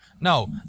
No